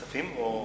כספים או כלכלה?